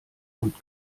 und